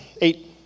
eight